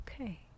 okay